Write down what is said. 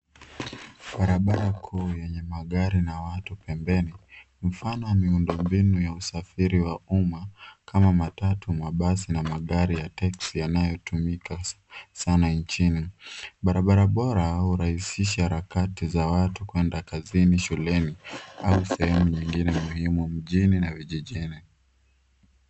Barabara kuu yenye magari na watu pembeni, mfano wa miundo mbinu ya usafiri ya umma, kama matatu, mabasi, na magari ya teksi, yanayotumika sana nchini. Barabara bora urahisisha harakati za watu kwenda kazini, shuleni, au sehemu nyingine muhimu, mjini, na vijijini.